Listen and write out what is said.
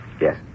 Yes